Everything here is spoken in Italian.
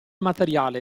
materiale